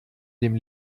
dem